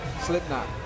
Slipknot